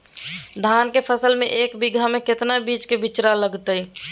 धान के फसल में एक बीघा में कितना बीज के बिचड़ा लगतय?